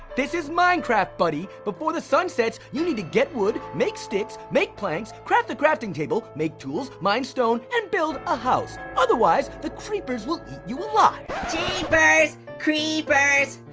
this is minecraft, buddy. before the sun sets, you need to get wood, make sticks, make planks, craft a crafting table, make tools, mine stone, and build a house. otherwise the creepers will eat you alive. jeepers creepers,